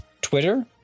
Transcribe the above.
Twitter